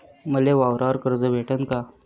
मले वावरावर कर्ज भेटन का?